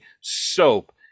soap